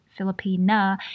Filipina